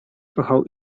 kochał